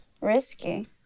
Risky